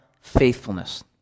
faithfulness